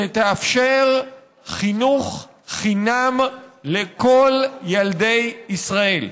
שתאפשר חינוך חינם לכל ילדי ישראל.